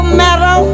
matter